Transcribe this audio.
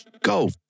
go